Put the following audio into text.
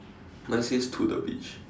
mine says to the beach